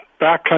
backcountry